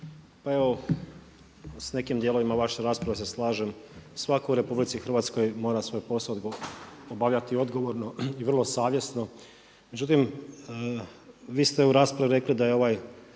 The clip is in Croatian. Pa evo s nekim dijelovima vaše rasprave se slažem. Svatko u RH mora svoj posao obavljati odgovorno i vrlo savjesno. Međutim, vi ste u raspravi rekli da je ovaj